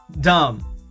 dumb